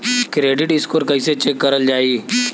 Credit score कइसे check करल जायी?